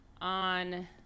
on